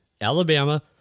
Alabama